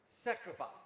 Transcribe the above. Sacrifice